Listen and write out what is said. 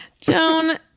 Joan